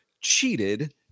cheated